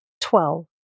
twelve